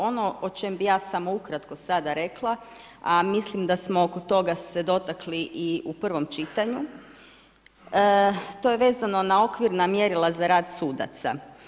Ono o čemu bih ja samo ukratko sada rekla a mislim da smo oko toga se dotakli i u prvom čitanju, to je vezano na okvirna mjerila za rad sudaca.